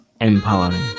empowering